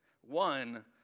one